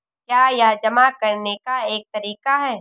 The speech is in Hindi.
क्या यह जमा करने का एक तरीका है?